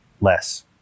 less